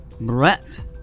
Brett